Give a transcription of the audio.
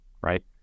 Right